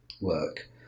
work